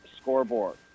scoreboard